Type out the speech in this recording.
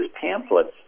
pamphlets